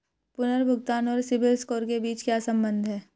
पुनर्भुगतान और सिबिल स्कोर के बीच क्या संबंध है?